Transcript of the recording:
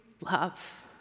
love